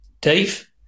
Dave